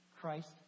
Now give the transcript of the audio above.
christ